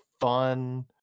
fun